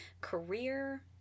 career